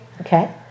Okay